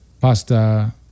pasta